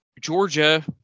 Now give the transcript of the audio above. Georgia